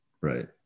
Right